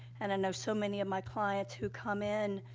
and i know so many of my clients who come in,